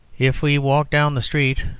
if we walk down the street,